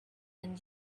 and